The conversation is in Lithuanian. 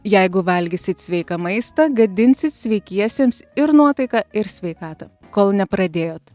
jeigu valgysit sveiką maistą gadinsit sveikiesiems ir nuotaiką ir sveikatą kol nepradėjot